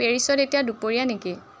পেৰিছত এতিয়া দুপৰীয়া নেকি